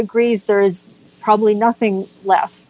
agrees there is probably nothing left